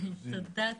תודה.